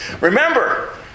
Remember